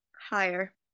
Higher